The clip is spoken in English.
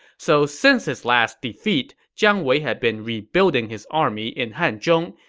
so since his last defeat, jiang wei had been rebuilding his army in hanzhong.